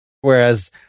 Whereas